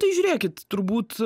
tai žiūrėkit turbūt